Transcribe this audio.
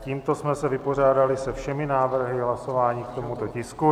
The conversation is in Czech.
Tímto jsme se vypořádali se všemi návrhy hlasování k tomuto tisku.